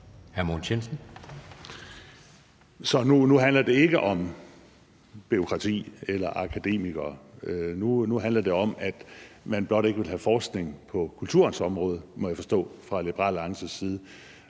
Så nu handler det ikke om bureaukrati eller akademikere; nu handler det om, at man blot ikke vil have forskning på kulturens område, må jeg forstå, fra Liberal Alliances side.